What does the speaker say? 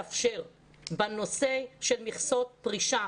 לא נוכל לאפשר בנושא של מכסות פרישה,